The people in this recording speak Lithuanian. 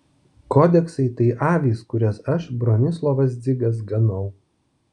kodeksai tai avys kurias aš bronislovas dzigas ganau